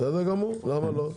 בסדר גמור, למה לא?